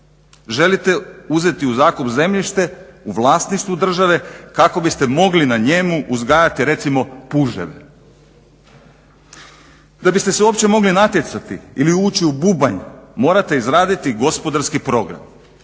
Želite uzeti u zakup zemljište u vlasništvu države kako biste mogli na njemu uzgajati recimo puževe. Da biste se uopće mogli natjecati ili ući u bubanj morate izgraditi gospodarski program.